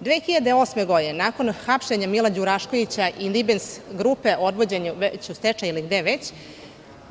Godine 2008, nakon hapšenjaMila Đuraškovića, "Nibens grupa", odvedene već u stečaj ili gde već,